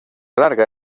larga